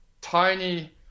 tiny